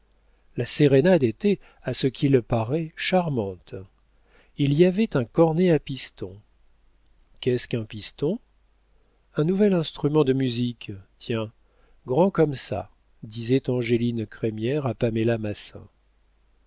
la sérénade était à ce qu'il paraît charmante il y avait un cornet à piston qu'est-ce qu'un piston un nouvel instrument de musique tiens grand comme ça disait angéline crémière à paméla massin